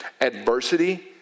Adversity